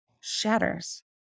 shatters